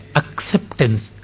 acceptance